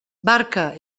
barca